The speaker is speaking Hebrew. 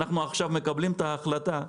עכשיו אנחנו מקבלים את ההחלטה,